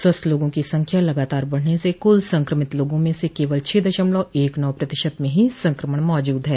स्वस्थ लोगों की संख्या लगातार बढने से कुल संक्रमित लोगों में से केवल छह दशमलव एक नौ प्रतिशत में ही संक्रमण मौजूद है